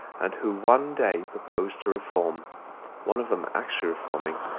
and who one day propose to reform one of them actually reforming,